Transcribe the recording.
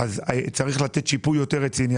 צריך לתת שיפוי יותר רציני.